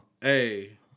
Hey